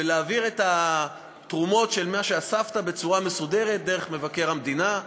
ולהעביר את התרומות של מה שאספת בצורה מסודרת דרך מבקר המדינה,